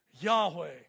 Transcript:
Yahweh